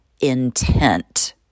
intent